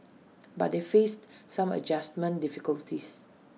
but they faced some adjustment difficulties